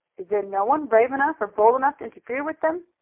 is there no one brave enough or bold enough to interfere with them?